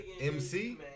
MC